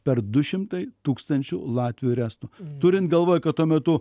per du šimtai tūkstančių latvių ir estų turint galvoj kad tuo metu